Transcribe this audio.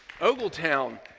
Ogletown